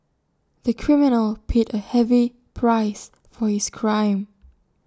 the criminal paid A heavy price for his crime